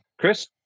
Chris